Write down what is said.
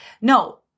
no